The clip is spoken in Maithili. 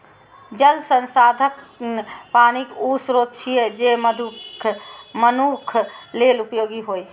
जल संसाधन पानिक ऊ स्रोत छियै, जे मनुक्ख लेल उपयोगी होइ